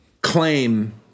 claim